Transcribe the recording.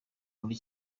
muri